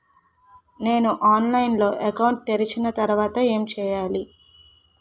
నేను ఆన్లైన్ లో అకౌంట్ తెరిచిన తర్వాత ఏం చేయాలి?